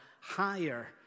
higher